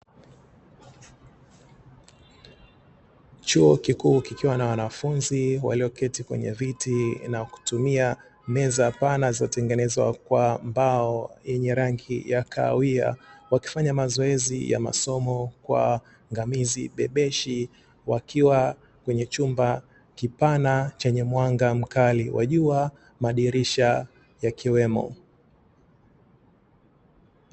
Chuo kikuu kikiwa na wanafunzi walioketi kwenye viti, na kutumia meza pana zilizotengenezwa kwa mbao yenye rangi ya kahawia wakifanya mazoezi ya masomo kwa ngamizi bebeshi; wakiwa kwenye chumba kipana chenye mwanga mkali wa jua, madirisha yakiwemo.